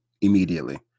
immediately